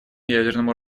ядерному